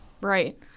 Right